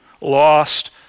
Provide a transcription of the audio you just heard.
lost